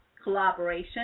Collaboration